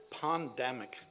pandemic